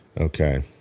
Okay